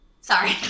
Sorry